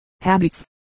Habits